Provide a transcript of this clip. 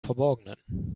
verborgenen